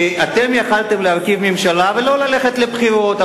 אתם יכולתם להרכיב ממשלה ולא ללכת לבחירות,